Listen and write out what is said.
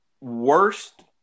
worst